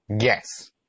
Yes